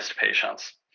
patients